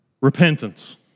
Repentance